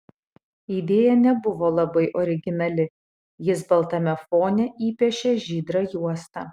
idėja nebuvo labai originali jis baltame fone įpiešė žydrą juostą